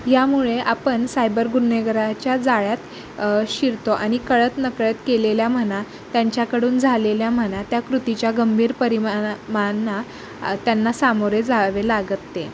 यामुळे आपण सायबर गुन्हेगराच्या जाळ्यात शिरतो आणि कळत नकळत केलेल्या म्हणा त्यांच्याकडून झालेल्या म्हणा त्या कृतीच्या गंभीर परिमानामांना त्यांना सामोरे जावे लागते